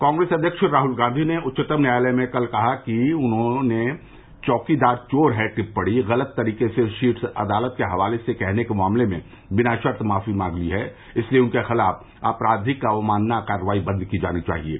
कांग्रेस अध्यक्ष राहुल गांधी ने उच्चतम न्यायालय में कल कहा कि उन्होंने चौकीदार चोर है टिप्पणी गलत तरीके से शीर्ष अदालत के हवाले से कहने के मामले में बिना शर्त माफी मांग ली है इसलिये उनके खिलाफ आपराधिक अवमानना कार्यवाही बंद की जानी चाहिये